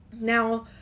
Now